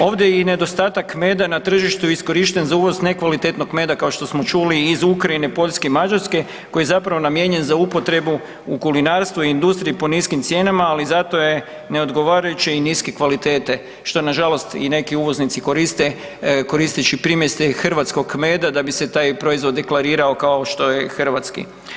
Ovdje i nedostatak meda na tržištu iskorišten za uvoz nekvalitetnog meda, kao što smo čuli iz Ukrajine, Poljske i Mađarske koji je zapravo namijenjen za upotrebu u kulinarstvu i industriji po niskim cijenama, ali zato je neodgovarajuće i niske kvalitete, što nažalost i neki uvoznici koriste koristeći primjese hrvatskog meda da bi se taj proizvod deklarirao kao što je hrvatski.